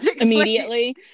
Immediately